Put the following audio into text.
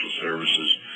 services